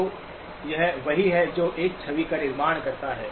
तो यह वही है जो 1 छवि का निर्माण करता है